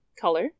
color